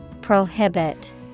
prohibit